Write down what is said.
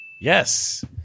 Yes